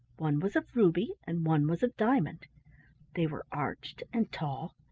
one was of ruby, and one was of diamond they were arched, and tall,